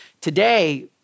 Today